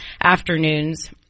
afternoons